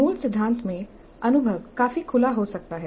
मूल सिद्धांत में अनुभव काफी खुला हो सकता है